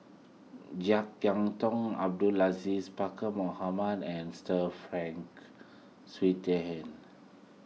Jek Yeun Thong Abdul Aziz Pakkeer Mohamed and Sir Frank Swettenham